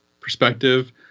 perspective